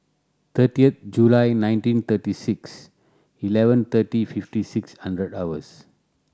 thirty July nineteen thirty six eleven thirty fifty six hundred hours